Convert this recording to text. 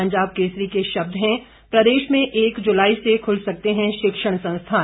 पंजाब केसरी के शब्द हैं प्रदेश में एक जुलाई से खुल सकते हैं शिक्षण संस्थान